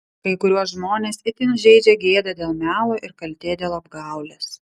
kai kuriuos žmones itin žeidžia gėda dėl melo ir kaltė dėl apgaulės